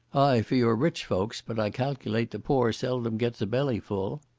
ay, for your rich folks, but i calculate the poor seldom gets a belly full.